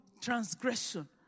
transgression